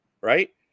right